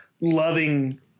loving